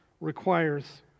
requires